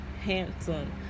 handsome